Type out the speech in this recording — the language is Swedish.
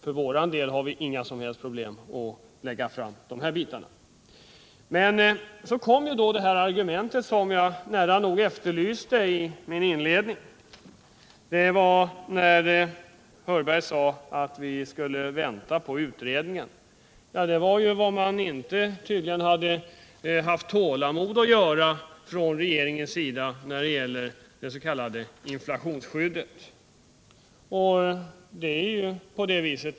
För vår del har vi inga problem att få dessa bitar att gå ihop. Så kom det argument som jag nära nog efterlyste i mitt inledningsanförande. Herr Hörberg sade att vi skulle vänta på utredningen. Det var tydligen vad regeringen inte hade tålamod att göra när det gällde det s.k. inflationsskyddet.